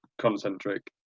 concentric